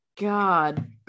god